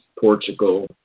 Portugal